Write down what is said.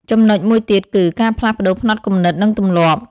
ចំណុចមួយទៀតគឺ ការផ្លាស់ប្តូរផ្នត់គំនិត និងទម្លាប់។